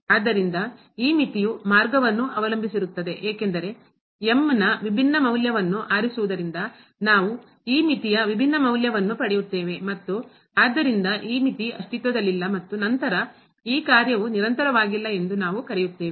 ಆದ್ದರಿಂದ ಈ ಮಿತಿಯು ಮಾರ್ಗವನ್ನು ಅವಲಂಬಿಸಿರುತ್ತದೆ ಏಕೆಂದರೆ ನ ವಿಭಿನ್ನ ಮೌಲ್ಯವನ್ನು ಆರಿಸುವುದರಿಂದ ನಾವು ಈ ಮಿತಿಯ ವಿಭಿನ್ನ ಮೌಲ್ಯವನ್ನು ಪಡೆಯುತ್ತೇವೆ ಮತ್ತು ಆದ್ದರಿಂದ ಈ ಮಿತಿ ಅಸ್ತಿತ್ವದಲ್ಲಿಲ್ಲ ಮತ್ತು ನಂತರ ಈ ಕಾರ್ಯವು ನಿರಂತರವಾಗಿಲ್ಲ ಎಂದು ನಾವು ಕರೆಯುತ್ತೇವೆ